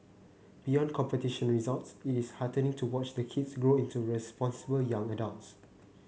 beyond competition results it is heartening to watch the kids grow into responsible young adults